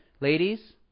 Ladies